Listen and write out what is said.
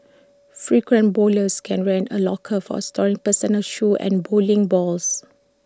frequent bowlers can rent A locker for storing personal shoes and bowling balls